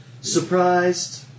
Surprised